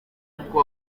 kuko